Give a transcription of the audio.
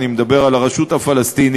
אני מדבר על הרשות הפלסטינית,